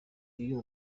iyo